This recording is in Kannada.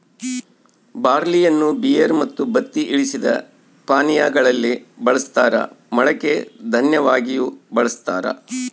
ಬಾರ್ಲಿಯನ್ನು ಬಿಯರ್ ಮತ್ತು ಬತ್ತಿ ಇಳಿಸಿದ ಪಾನೀಯಾ ಗಳಲ್ಲಿ ಬಳಸ್ತಾರ ಮೊಳಕೆ ದನ್ಯವಾಗಿಯೂ ಬಳಸ್ತಾರ